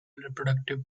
reproductive